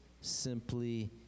simply